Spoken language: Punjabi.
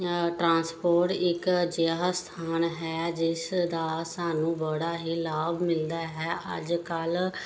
ਟਰਾਂਸਪੋਰਟ ਇੱਕ ਅਜਿਹਾ ਸਾਧਨ ਹੈ ਜਿਸ ਦਾ ਸਾਨੂੰ ਬੜਾ ਹੀ ਲਾਭ ਮਿਲਦਾ ਹੈ ਅੱਜ ਕੱਲ੍ਹ